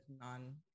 non